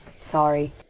sorry